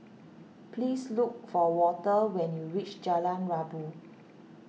please look for Walter when you reach Jalan Rabu